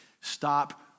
stop